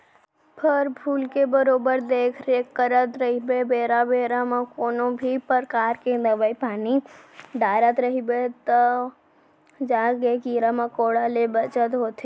फर फूल के बरोबर देख रेख करत रइबे बेरा बेरा म कोनों भी परकार के दवई पानी डारत रइबे तव जाके कीरा मकोड़ा ले बचत होथे